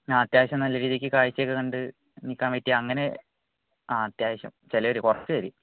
ആ അത്യാവശ്യം നല്ല രീതിക്ക് കാഴ്ചയൊക്കെ കണ്ട് നിൽക്കാൻ പറ്റിയ അങ്ങനെ ആ അത്യാവശ്യം ചിലർ കുറച്ച് പേർ